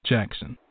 Jackson